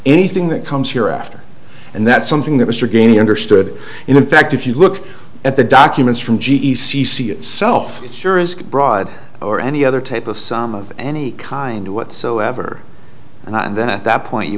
anything that comes here after and that's something that mr gainey understood and in fact if you look at the documents from g e c c itself it sure is broad or any other type of some of any kind whatsoever and then at that point you